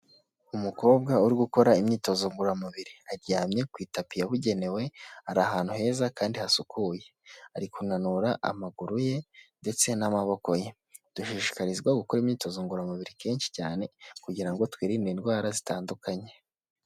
Umukobwa uri gukora imyitozo ngororamubiri, aryamye ku itapi yabugenewe ari ahantu heza kandi hasukuye, ari kunanura amaguru ye ndetse n'amaboko ye, dushishikarizwa gukora imyitozo ngororamubiri kenshi cyane kugira ngo twirinde indwara zitandukanye.